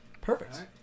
Perfect